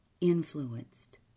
influenced